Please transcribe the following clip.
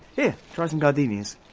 here. try some gardenias.